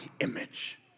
image